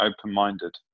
open-minded